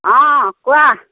অঁ কোৱা